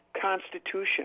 Constitution